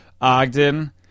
Ogden